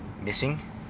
missing